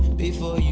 before you